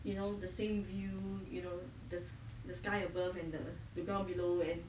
you know the same view you know the the sky above and the the ground below and